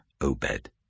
Obed